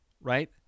right